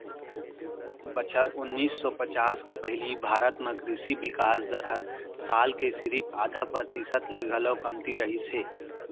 बछर ओनाइस सौ पचास के पहिली भारत म कृसि बिकास दर हर साल के सिरिफ आधा परतिसत ले घलौ कमती रहिस हे